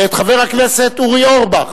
ואת חבר הכנסת אורי אורבך,